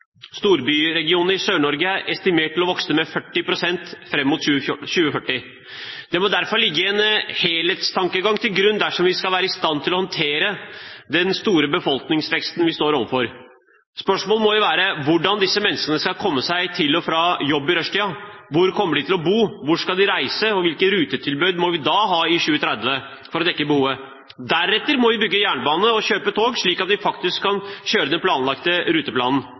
i Sør-Norge er estimert til å vokse med 40 pst. fram mot 2040. Det må derfor ligge en helhetstankegang til grunn dersom vi skal være i stand til å håndtere den store befolkningsveksten vi står overfor. Spørsmålene må jo være: Hvordan skal disse menneskene komme seg til og fra jobb i rushtiden? Hvor kommer de til å bo? Hvor skal de reise? Hvilke rutetilbud må vi da ha i 2030 for å dekke behovet? Deretter må vi bygge jernbane og kjøpe tog, slik at vi faktisk kan kjøre den planlagte ruteplanen.